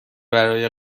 برای